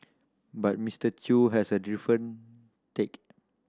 but Mister Chew has a different take